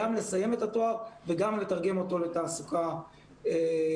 גם לסיים את התואר וגם לתרגם אותו לתעסוקה הולמת.